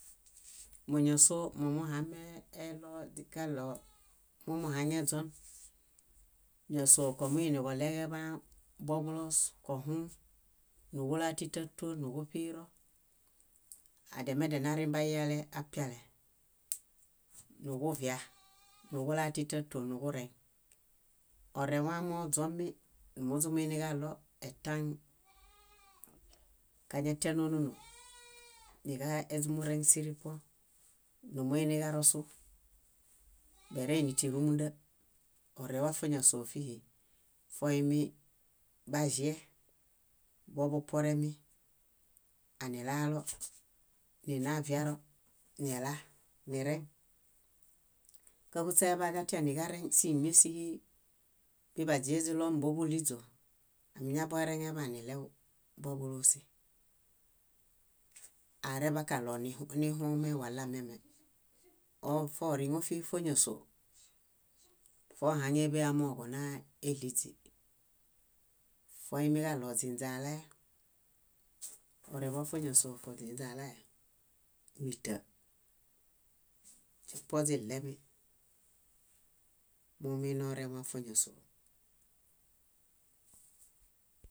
. Móñasoo momuhameeɭokaɭo, ñásoo komuinikoɭeġeḃaa boḃuloos kohũũ nuġulaa tĩtaton nuġuṗiro adiamedia nirin baiyale apiale, nuġuvia nuġulaa tĩtaton nuġureŋ. Orẽwa nuźumuiniġaɭo etaŋ kañatia nóonono, niġaźumurẽ síripuõ, numuiniġarosu bereini tírumunda. Orẽwa fóñasoofihi foimi baĵie boḃupuoremi anilaalo, nina viaro nila nireŋ. Káhuśa eḃaġatia niġareŋ símiesihi biḃaźie źiɭomi bóḃuɭiźo, amiñaḃoereŋeḃaan niɭew boḃulusi, areḃakaɭo nihume walamiame. Or foriŋo fíhi fóñasoo fóhaŋeḃe amooġo naéɭiźi, foimiġaɭo źinźalae, orẽwa fóñasoo foźinźalae, míta, źipuo źiɭemi, mominiorẽwa fóñasoo.